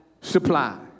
supply